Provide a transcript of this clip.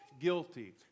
guilty